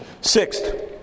Sixth